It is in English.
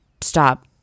stop